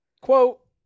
Quote